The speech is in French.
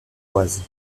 oise